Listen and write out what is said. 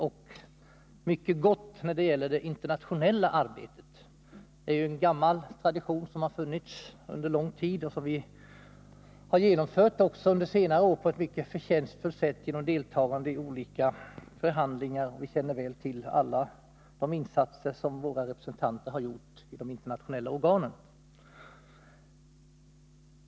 De är mycket goda när det gäller det internationella arbetet — det är en gammal tradition, som har funnits under lång tid och som vi också under senare år har genomfört på ett mycket förtjänstfullt sätt genom deltagande i olika förhandlingar. Vi känner väl alla till de insatser som våra representanter har gjort i de internationella organen.